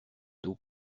dos